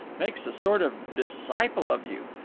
makes a sort of disciple of you,